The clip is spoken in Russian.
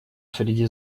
среди